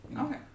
Okay